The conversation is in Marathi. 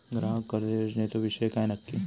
ग्राहक कर्ज योजनेचो विषय काय नक्की?